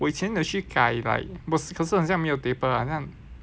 我以前的是改可是很像没有好像